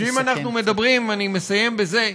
אני מסיים בזה.